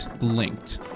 linked